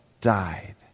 died